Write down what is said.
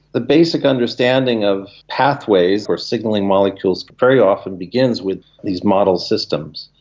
the basic understanding of pathways or signalling molecules very often begins with these model systems.